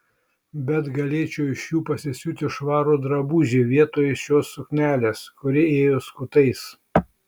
bet galėčiau iš jų pasisiūti švarų drabužį vietoj šios suknelės kuri ėjo skutais